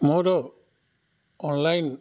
ମୋର ଅନ୍ଲାଇନ୍